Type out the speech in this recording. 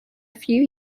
few